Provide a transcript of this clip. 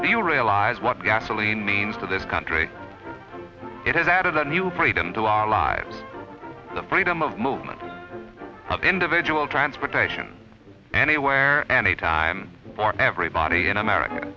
do you realize what gasoline means to this country it has added a new freedom to our lives the freedom of movement of individual transportation anywhere and a time for everybody in america